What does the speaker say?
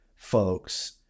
folks